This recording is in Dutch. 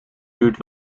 duurt